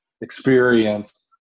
experience